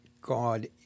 God